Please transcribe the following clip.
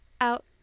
out